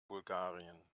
bulgarien